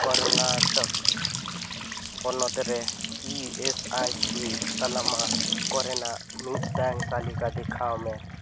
ᱠᱚᱨᱱᱟᱴᱚᱠ ᱯᱚᱱᱚᱛ ᱨᱮ E S I C ᱛᱟᱞᱟᱢᱟ ᱠᱚᱨᱮᱱᱟᱜ ᱢᱤᱫᱴᱟᱝ ᱛᱟᱹᱞᱤᱠᱟ ᱫᱮᱠᱷᱟᱣᱢᱮ